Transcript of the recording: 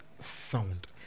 sound